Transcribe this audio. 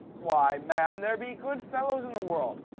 why, man, there be good fellows in the world,